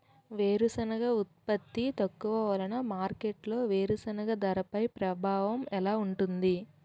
వేరుసెనగ ఉత్పత్తి తక్కువ వలన మార్కెట్లో వేరుసెనగ ధరపై ప్రభావం ఎలా ఉంటుంది?